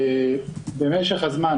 במשך הזמן,